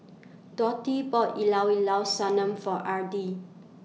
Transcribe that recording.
Dotty bought Llao Llao Sanum For Edrie